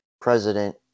president